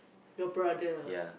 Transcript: your brother